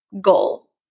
goal